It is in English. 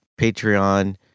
Patreon